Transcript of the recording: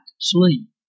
sleep